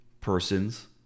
person's